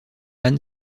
anne